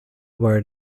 word